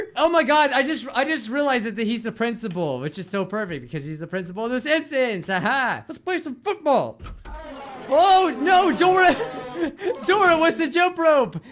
and oh my god. i just i just realized that he's the principal which is so perfect because he's the principal of this incident aha, let's play some football whoa, no joris dora what's the joke broke?